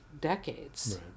decades